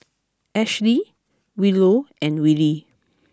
Ashley Willow and Willy